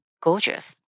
gorgeous